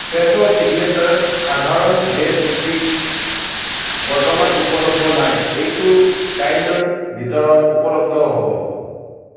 ফ্ৰেছো signature সাধাৰণ bread stick বৰ্তমান উপলব্ধ নাই এইটো কাইলৈৰ ভিতৰত ঊপলব্ধ হ'ব